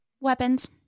Weapons